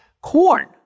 Corn